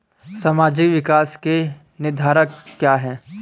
सामाजिक विकास के निर्धारक क्या है?